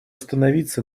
остановиться